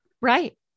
Right